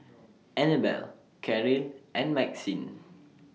Annabelle Caryl and Maxine